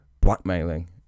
blackmailing